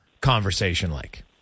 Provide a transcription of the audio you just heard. conversation-like